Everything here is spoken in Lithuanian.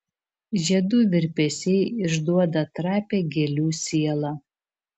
žiedų virpesiai išduoda trapią gėlių sielą